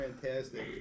fantastic